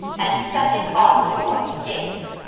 and set it on yorke gates,